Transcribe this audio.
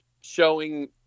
showing